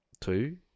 Two